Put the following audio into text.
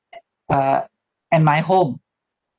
uh and my home